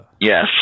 Yes